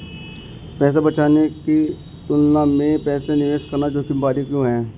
पैसा बचाने की तुलना में पैसा निवेश करना जोखिम भरा क्यों है?